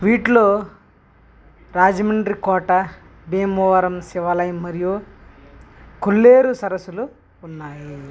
వీటిలో రాజమండ్రి కోట భీమవరం శివాలయం మరియు కొల్లేరు సరస్సులు ఉన్నాయి